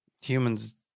Humans